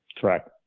Correct